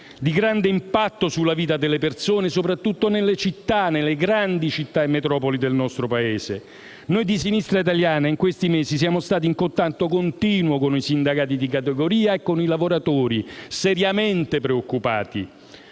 di grande impatto sulla vita delle persone, soprattutto nelle grandi città e metropoli del nostro Paese. Noi di Sinistra Italiana in questi mesi siamo stati in contatto continuo con i sindacati di categoria e con i lavoratori seriamente preoccupati.